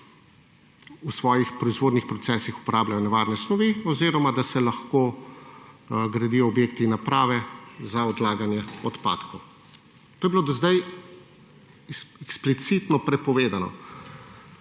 v svojih proizvodnih procesih uporabljajo nevarne snovi oziroma da se lahko gradijo objekti, naprave za odlaganje odpadkov. To je bilo do sedaj eksplicitno prepovedano.